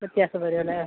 വ്യത്യാസം വരും അല്ലേ